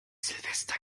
silvester